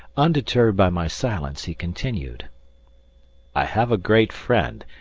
undeterred by my silence, he continued i have a great friend,